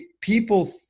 people